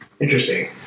Interesting